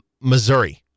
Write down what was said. Missouri